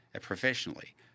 professionally